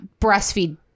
breastfeed